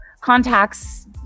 contacts